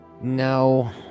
No